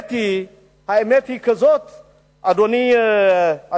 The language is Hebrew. האמת היא כזאת, אדוני היושב-ראש,